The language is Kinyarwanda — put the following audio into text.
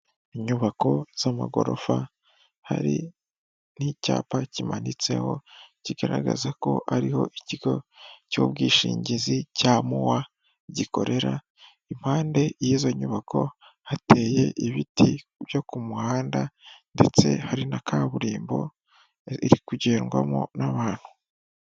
Inyubako z'amagorofa hari n'icyapa kimanitseho kigaragaza ko hariho ikigo cy'ubwishingizi cya MUA gikorera impande y'izo nyubako hateye ibiti byo ku muhanda ndetse hari na kaburimbo iri kugendwamo n'abantu.